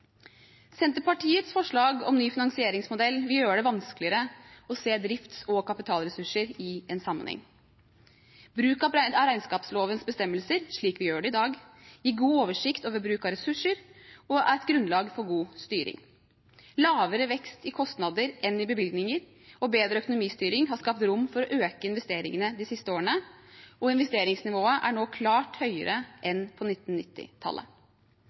Senterpartiets forslag om ny finansieringsmodell vil gjøre det vanskeligere å se drifts- og kapitalressurser i sammenheng. Bruk av regnskapslovens bestemmelser, slik vi gjør det i dag, gir god oversikt over bruk av ressurser og er et grunnlag for god styring. Lavere vekst i kostnader enn i bevilgninger og bedre økonomistyring har skapt rom for å øke investeringene de siste årene, og investeringsnivået er nå klart høyere enn på